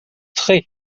tre